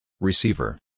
Receiver